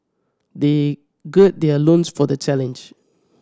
they gird their loins for the challenge